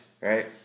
Right